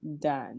done